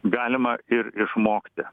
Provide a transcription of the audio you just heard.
galima ir išmokti